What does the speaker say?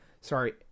sorry –